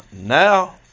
Now